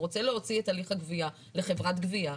רוצה להוציא את הליך הגבייה לחברת גבייה,